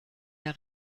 der